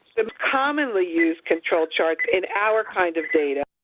commonly used control charts in our kind of data,